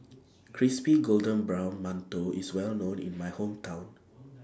Crispy Golden Brown mantou IS Well known in My Hometown